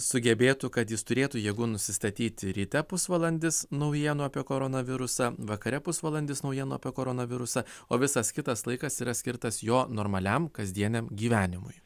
sugebėtų kad jis turėtų jėgų nusistatyti ryte pusvalandis naujienų apie koronavirusą vakare pusvalandis naujienų apie koronavirusą o visas kitas laikas yra skirtas jo normaliam kasdieniam gyvenimui